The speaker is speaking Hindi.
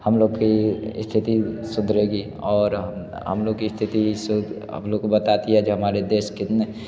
हम लोग की स्थिति सुधरेगी और हम हम लोग की स्थिति सु हम लोग को बताती है जो हमारे देश कितने कितना विकास